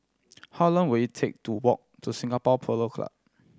how long will it take to walk to Singapore Polo Club